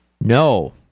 No